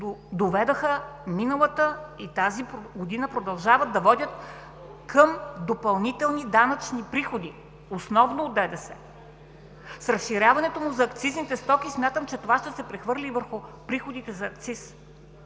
доведоха миналата и тази година продължават да водят към допълнителни данъчни приходи основно от данък добавена стойност. С разширяването му за акцизните стоки смятам, че това ще се прехвърли върху приходите от акциз.